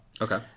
okay